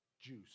juice